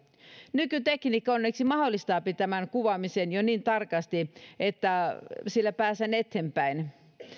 nykytekniikka onneksi mahdollistaa tämän kuvaamisen jo niin tarkasti että sillä pääsee eteenpäin